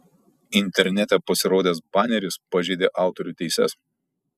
internete pasirodęs baneris pažeidė autorių teises